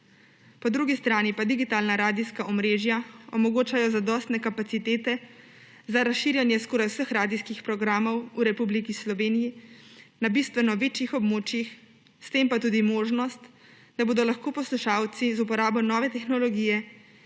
Po drugi strani pa digitalna radijska omrežja omogočajo zadostne kapacitete za razširjanje skoraj vseh radijskih programov v Republiki Sloveniji na bistveno večjih območjih, s tem pa tudi možnost, da bodo lahko poslušalci z uporabo nove tehnologije